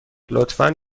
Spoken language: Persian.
لطفا